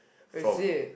from